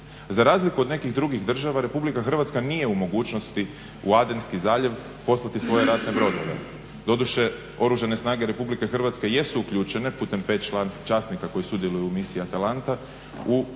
Za razliku od nekih drugih država RH nije u mogućnosti u Adenski zaljev poslati svoje ratne brodove. Doduše Oružane snage RH jesu uključene putem 5 časnika koji sudjeluju u misiji Atalanta u zaštiti